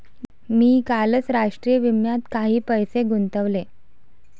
मी कालच राष्ट्रीय विम्यात काही पैसे गुंतवले